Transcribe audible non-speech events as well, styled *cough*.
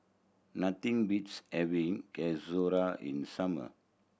nothing beats having *unintelligible* in summer